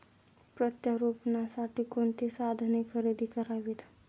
प्रत्यारोपणासाठी कोणती साधने खरेदी करावीत?